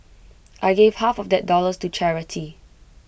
I gave half of that dollars to charity